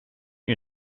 you